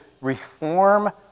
reform